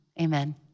Amen